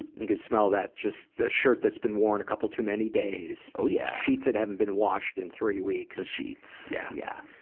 you can smell that, just a shirt that's been worn a couple too many days. oh, yeah! sheets that haven't been washed in three weeks. sheets! yeah. yeah.